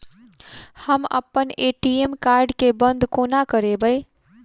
हम अप्पन ATM card केँ बंद कोना करेबै?